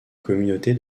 communauté